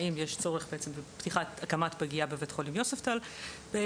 האם יש צורך בהקמת פגייה בבית החולים יוספטל באילת,